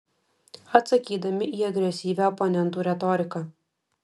atsakydami į agresyvią oponentų retoriką